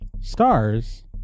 stars